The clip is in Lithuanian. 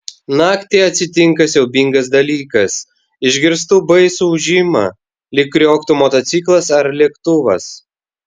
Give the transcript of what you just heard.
naktį atsitinka siaubingas dalykas išgirstu baisų ūžimą lyg krioktų motociklas ar lėktuvas